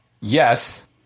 yes